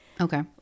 Okay